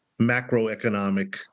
macroeconomic